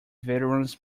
veterans